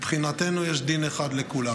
מבחינתנו יש דין אחד לכולם: